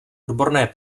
odborné